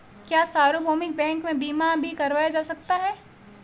क्या सार्वभौमिक बैंक में बीमा भी करवाया जा सकता है?